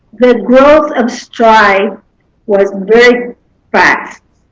the growth of stri was very fast.